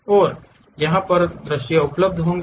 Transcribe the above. और यहाँ पर दृश्य उपलब्ध होंगे